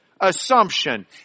assumption